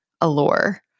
allure